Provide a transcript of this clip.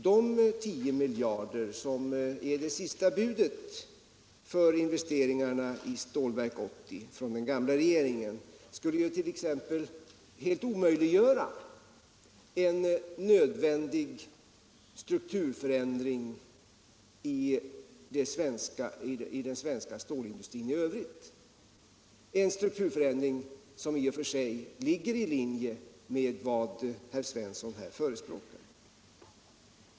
De tio miljarder som = produktionsliv är det sista budet för investeringarna i Stålverk 80 från den gamla re geringen skulle ju t.ex. helt omöjliggöra en nödvändig strukturförändring för sig ligger i linje med vad herr Svensson här föreslår.